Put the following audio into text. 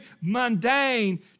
mundane